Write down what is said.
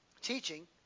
teaching